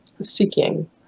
seeking